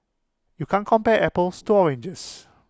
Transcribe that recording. you can't compare apples to oranges